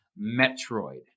Metroid